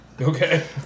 Okay